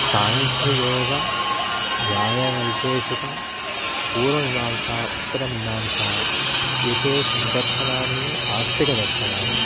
साङ्ख्य योग न्याय वैशेषिक पूर्वमीमांसा उत्तरमीमांसा एते षड् दर्शनानि आस्तिकदर्शनानि